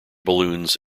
balloons